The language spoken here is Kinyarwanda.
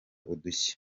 udushya